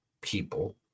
People